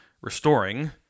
restoring